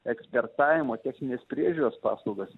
eksportavimo techninės priežiūros paslaugas